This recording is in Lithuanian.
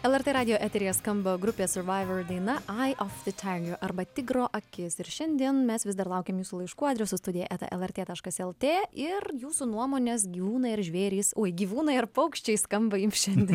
lrt radijo eteryje skamba grupės suvaiva daina ai of e taiga arba tigro akis ir šiandien mes vis dar laukiam laiškų adresu studija eta el er tė taškas el tė ir jūsų nuomonės gyvūnai ar žvėrys gyvūnai uoj paukščiai skamba jum šiandien